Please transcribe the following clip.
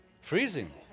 Freezing